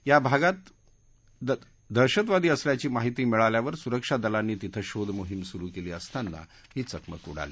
या भागात असल्याची महिती मिळाल्यावर सुरक्षा दलांनी तिथं शोधमोहीम सुरु केली असताना ही चकमक उडाली